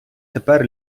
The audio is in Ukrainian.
тепер